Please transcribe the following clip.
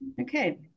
Okay